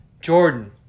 Jordan